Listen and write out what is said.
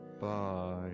Bye